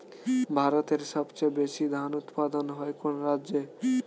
ভারতের সবচেয়ে বেশী ধান উৎপাদন হয় কোন রাজ্যে?